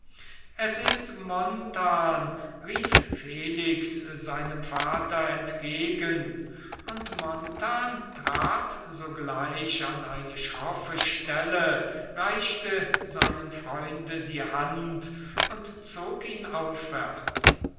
es ist jarno rief felix seinem vater entgegen und jarno trat sogleich an eine schroffe stelle reichte seinem freunde die hand und zog ihn aufwärts